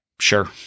Sure